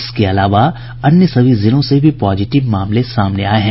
इसके अलावा अन्य सभी जिलों से भी पॉजिटिव मामले सामने आये हैं